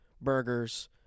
burgers